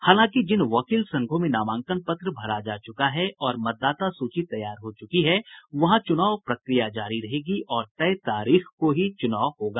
हालांकि जिन वकील संघों में नमांकन पत्र भरा जा चुका है और मतदाता सूची तैयार की जा चुकी है वहां चुनाव प्रक्रिया जारी रहेगी और तय तारीख को ही चुनाव होगा